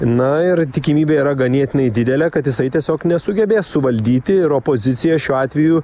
na ir tikimybė yra ganėtinai didelė kad jisai tiesiog nesugebės suvaldyti ir opozicija šiuo atveju